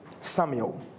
Samuel